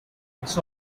its